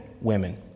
women